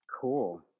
Cool